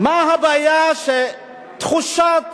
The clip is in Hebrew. מה הבעיה שיש תחושת